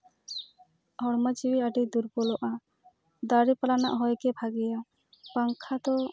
ᱦᱚᱲᱢᱚ ᱡᱤᱣᱤ ᱟᱹᱰᱤ ᱫᱩᱨᱵᱚᱞᱚᱜᱼᱟ ᱫᱟᱨᱮ ᱯᱟᱞᱦᱟ ᱨᱮᱱᱟᱜ ᱦᱚᱭᱜᱮ ᱵᱷᱟᱜᱮᱭᱟ ᱯᱟᱝᱠᱷᱟ ᱫᱚ